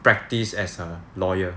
practise as a lawyer